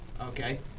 okay